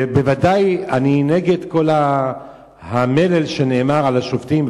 בוודאי, אני נגד כל המלל שנאמר על השופטים.